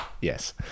Yes